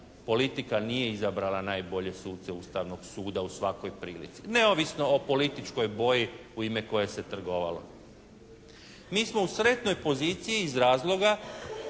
politika nije izabrala najbolje suce Ustavnog suda u svakoj prilici. Neovisno o političkoj boji, u ime koje se trgovalo. Mi smo u sretnoj poziciji iz razloga